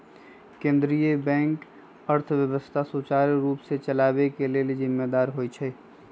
केंद्रीय बैंक अर्थव्यवस्था सुचारू रूप से चलाबे के लेल जिम्मेदार होइ छइ